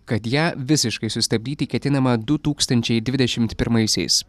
kad ją visiškai sustabdyti ketinama du tūkstančiai dvidešimt pirmaisiais